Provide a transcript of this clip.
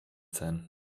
sein